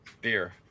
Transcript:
beer